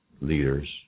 leaders